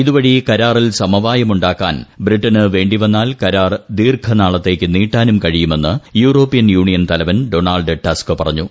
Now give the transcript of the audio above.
ഇതുവഴി കരാറിൽ സമവായം ഉണ്ടാക്കാൻ ബ്രിട്ടന് വേണ്ടിവന്നാൽ കരാർ ദീർഘനാളത്തേക്ക് നീട്ടാനും കഴിയുമെന്ന് യൂറോപ്യൻ യൂണിയൻ തലവൻ ഡൊണാൾഡ് ടസ്ക് പറഞ്ഞു